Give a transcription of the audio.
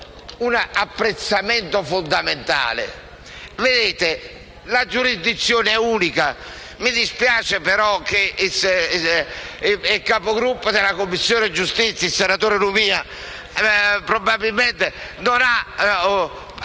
un apprezzamento fondamentale. Vedete, la giurisdizione è unica e mi dispiace che il Capigruppo del PD nella Commissione giustizia, il senatore Lumia, probabilmente non